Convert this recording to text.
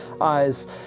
eyes